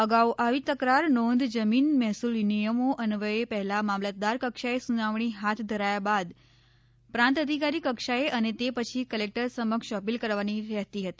અગાઉ આવી તકરારી નોંધ જમીન મહેસૂલ નિયમો અન્વયે પહેલાં મામલતદાર કક્ષાએ સૂનાવણી હાથ ધરાયા બાદ પ્રાંત અધિકારી કક્ષાએ અને તે પછી કલેકટર સમક્ષ અપીલ કરવાની રહેતી હતી